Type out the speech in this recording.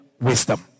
wisdom